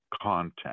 content